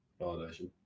Validation